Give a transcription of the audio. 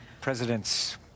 Presidents